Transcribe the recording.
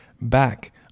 back